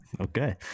Okay